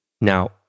Now